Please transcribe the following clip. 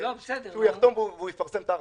והוא יחתום ויפרסם את ההארכה.